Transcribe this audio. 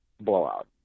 blowout